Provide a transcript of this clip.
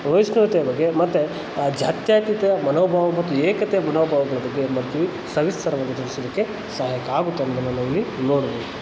ವೈಷ್ಣುತೆಯ ಬಗ್ಗೆ ಮತ್ತು ಜಾತ್ಯತೀತ ಮನೋಭಾವ ಮತ್ತು ಏಕತೆ ಮನೋಭಾವದ ಬಗ್ಗೆ ಏನು ಮಾಡ್ತೀವಿ ಸವಿಸ್ತಾರವಾಗಿ ತಿಳ್ಸೊದಕ್ಕೆ ಸಹಾಯಕ ಆಗುತ್ತೆ ಅನ್ನೋದನ್ನು ನಾವಿಲ್ಲಿ ನೋಡ್ಬೋದು